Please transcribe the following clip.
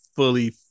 fully